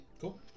cool